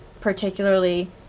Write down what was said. particularly